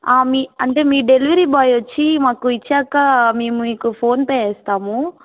మీ అంటే మీ delivery boy వచ్చి మాకు ఇచ్చాక మేము మీకు ఫోన్పే వేస్తాము